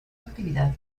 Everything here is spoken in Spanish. actividad